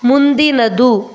ಮುಂದಿನದು